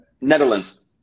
Netherlands